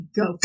go